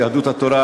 יהדות התורה,